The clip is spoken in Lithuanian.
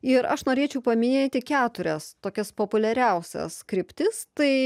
ir aš norėčiau paminėti keturias tokias populiariausias kryptis tai